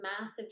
massive